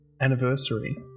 Anniversary